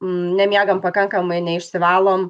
nemiegam pakankamai neišsivalom